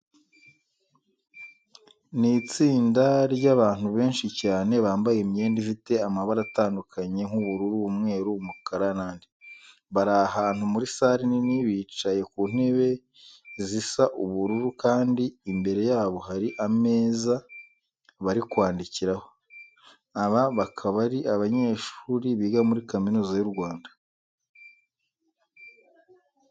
Ni itsinda ry'abandu benshi cyane bambaye imyenda ifite amabara atandukanye nk'ubururu, umweru, umukara n'andi. Bari ahantu muri sale nini, bicaye ku ntebe zisa ubururu kandi imbere yabo hari ameza bari kwandikiraho. Aba bakaba ari abanyeshuri biga muri Kaminuza y'u Rwanda.